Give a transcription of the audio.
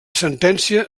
sentència